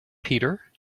peter